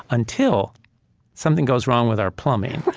until something goes wrong with our plumbing